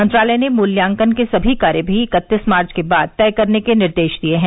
मंत्रालय ने मूल्यांकन के सभी कार्य भी इकत्तीस मार्च के बाद तय करने के निर्देश दिये हैं